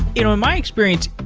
in my experience,